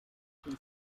she